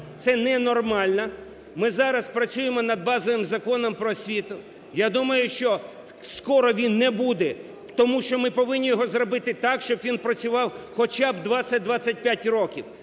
це ненормально. Ми зараз працюємо над базовим Законом про освіту. Я думаю, що скоро він не буде, тому що ми повинні його зробити так, щоб він працював хоча б 20-25 років.